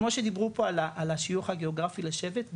כמו שדיברו פה על השיוך הגאוגרפי לשבט,